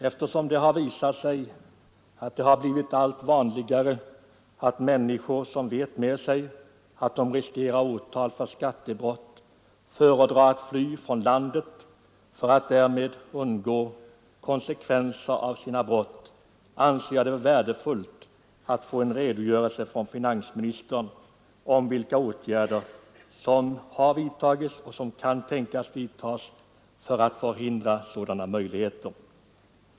Eftersom det har visat sig bli allt vanligare att människor som vet med sig att de riskerar åtal för skattebrott föredrar att fly från landet för att därmed undgå konsekvenserna av sina brott anser jag det värdefullt att få en redogörelse från finansministern om vilka åtgärder som har vidtagits och som kan tänkas vidtas för att förhindra sådan skatteflykt.